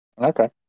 Okay